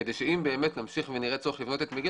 כדי שאם באמת נמשיך ונראה צורך לבנות את מגידו